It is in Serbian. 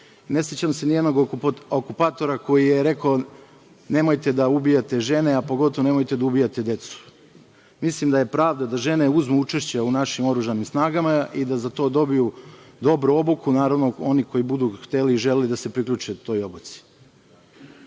Ne sećam se ni jednog okupatora koji je rekao – nemojte da ubijate žene, a pogotovo nemojte da ubijate decu. Mislim da je pravda da žene uzmu učešće u našim oružanim snagama i da za to dobiju dobru obuku, naravno, oni koji budu hteli i želeli da se priključe toj obuci. Kada